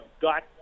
got